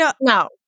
No